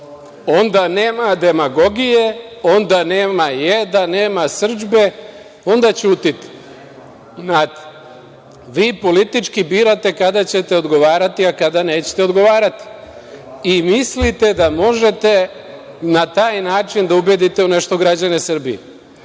Onda nema demagogije, onda nema jeda, nema srdžbe, onda ćutite. Vi politički birate kada ćete odgovarati, a kada nećete odgovarati i mislite da možete na taj način da ubedite u nešto građane